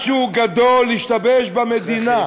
משהו גדול השתבש במדינה.